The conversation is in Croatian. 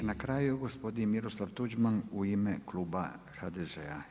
I na kraju gospodin Miroslav Tuđman u ime kluba HDZ-a.